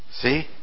See